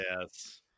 Yes